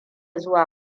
zuwa